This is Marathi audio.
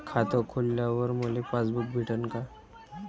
खातं खोलल्यावर मले पासबुक भेटन का?